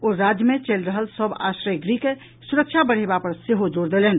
ओ राज्य मे चलि रहल सभ आश्रय गृह के सुरक्षा बढ़ेबा पर सेहो जोर देलनि